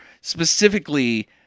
specifically